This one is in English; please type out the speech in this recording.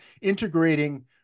integrating